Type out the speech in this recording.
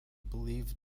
believed